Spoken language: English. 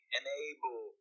enable